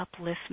upliftment